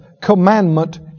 commandment